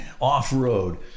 off-road